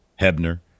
Hebner